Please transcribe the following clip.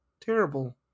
terrible